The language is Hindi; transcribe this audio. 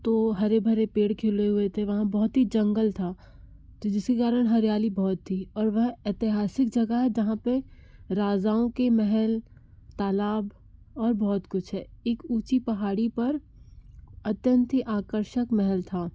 तो हरे भरे पेड़ खिले हुए थे वहाँ बहुत ही जंगल था तो जिसके कारण हरियाली बहुत थी और वह ऐतिहासिक जगह है जहाँ पे राजाओं की महल तालाब और बहुत कुछ है एक ऊँची पहाड़ी पर अत्यंत ही आकर्षक महल था